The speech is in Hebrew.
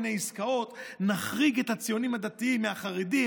מיני עסקאות: נחריג את הציונים הדתיים מהחרדים,